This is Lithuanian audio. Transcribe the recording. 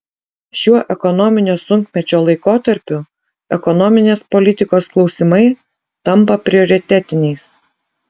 šiuo ekonominio sunkmečio laikotarpiu ekonominės politikos klausimai tampa prioritetiniais